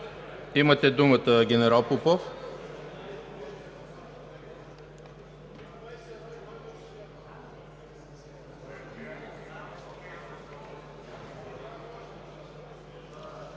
Имате думата, генерал Попов.